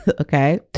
Okay